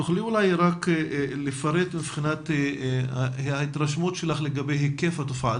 תוכלי לפרט מבחינת ההתרשמות שלך לגבי היקף התופעה?